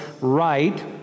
right